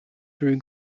through